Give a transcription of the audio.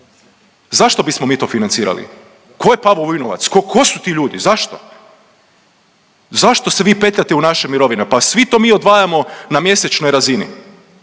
Zašto bismo mi to financirali? Tko je Pavao Vujnovac? Tko su ti ljudi? Zašto? Zašto se vi petljate u naše mirovine? Pa svi to mi odvajamo na mjesečnoj razini,